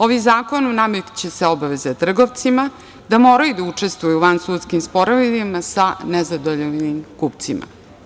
Ovim zakonom nameću se obaveze trgovcima da moraju da učestvuju u vansudskim sporovima sa nezadovoljnim kupcima.